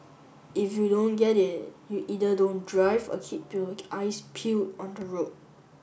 if you don't get it you either don't drive or keep your eyes peeled on the road